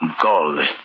Gold